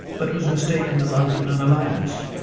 but was mistaken about an alliance